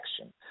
action